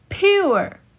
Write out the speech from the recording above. Pure